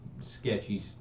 sketchy